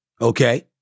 Okay